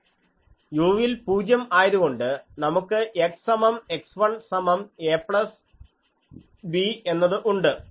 u ൽ 0 ആയതുകൊണ്ട് നമുക്ക് x സമം x1 സമം a പ്ലസ് b എന്നത് ഉണ്ട്